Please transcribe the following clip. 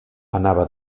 anava